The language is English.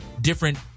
different